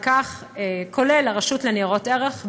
כולל הרשות לניירות ערך,